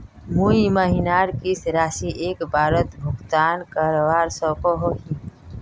दुई महीनार किस्त राशि एक बारोत भुगतान करवा सकोहो ही?